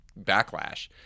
backlash